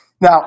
Now